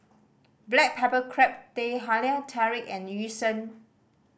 black pepper crab Teh Halia Tarik and Yu Sheng